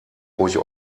ruhig